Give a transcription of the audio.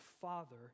Father